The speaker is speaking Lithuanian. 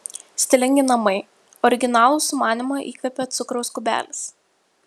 stilingi namai originalų sumanymą įkvėpė cukraus kubelis